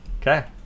Okay